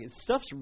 stuff's